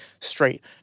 straight